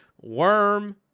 Worm